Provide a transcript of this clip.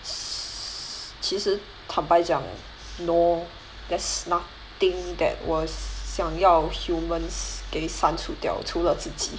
其实坦白讲 no there's nothing that 我想要 humans 给删除掉除了自己